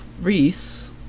Reese